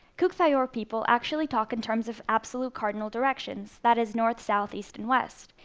kuuk thaayorre people actually talk in terms of absolute cardinal directions, that is, north, south, east, and west.